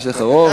יש לך רוב.